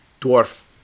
dwarf